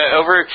over